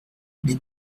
les